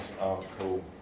article